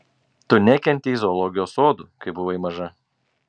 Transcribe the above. tu nekentei zoologijos sodų kai buvai maža